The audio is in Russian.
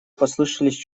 послышались